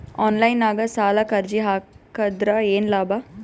Online ನಾಗ್ ಸಾಲಕ್ ಅರ್ಜಿ ಹಾಕದ್ರ ಏನು ಲಾಭ?